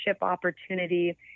opportunity